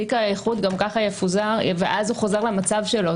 תיק האיחוד גם ככה יפוזר ואז הוא חוזר למצב שלו.